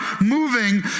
moving